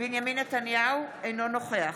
אינו נוכח